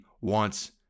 wants